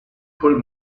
pull